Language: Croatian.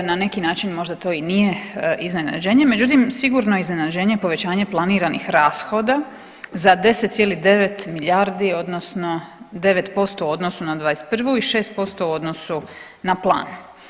Na neki način možda to i nije iznenađenje, međutim sigurno je iznenađenje povećanje planiranih rashoda za 10,9 milijardi odnosno 9% u odnosu na 2021. i 6% u odnosu na plan.